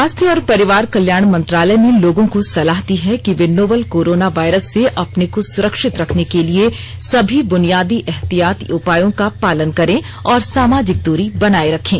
स्वास्थ्य और परिवार कल्याण मंत्रालय ने लोगों को सलाह दी है कि वे नोवल कोरोना वायरस से अपने को सुरक्षित रखने के लिए सभी बुनियादी एहतियात उपायों का पालन करें और सामाजिक दूरी बनाए रखें